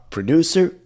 Producer